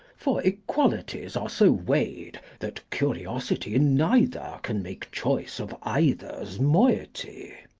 for equalities are so weigh'd that curiosity in neither can make choice of either's moiety.